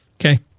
Okay